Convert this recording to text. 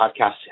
podcast